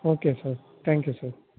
okay sir thank you sir